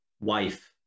wife